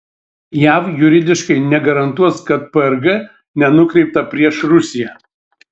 jav juridiškai negarantuos kad prg nenukreipta prieš rusiją